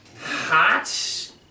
Hot